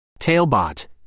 Tailbot